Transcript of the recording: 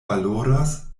valoras